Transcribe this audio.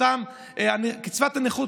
"קצבת הנכות",